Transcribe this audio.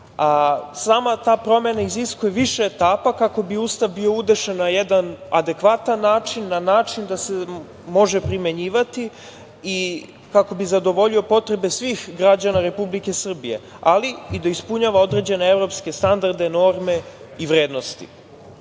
Sama ta promena iziskuje više etapa kako bi Ustav bio udešen na jedan adekvatan način, na način da se može primenjivati i kako bi zadovoljio potrebe svih građana Republike Srbije, ali i da ispunjava određene evropske standarde, norme i vrednosti. Naime,